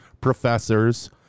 professors